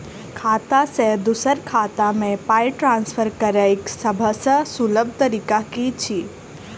खाता सँ दोसर खाता मे पाई ट्रान्सफर करैक सभसँ सुलभ तरीका की छी?